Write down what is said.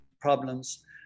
problems